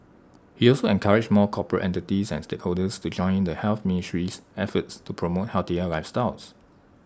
he also encouraged more corporate entities and stakeholders to join the health ministry's efforts to promote healthier lifestyles